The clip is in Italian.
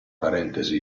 parentesi